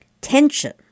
tension